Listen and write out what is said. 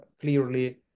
clearly